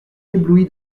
ébloui